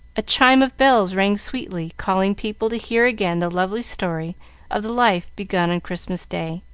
a chime of bells rang sweetly, calling people to hear again the lovely story of the life begun on christmas day.